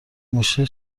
موشه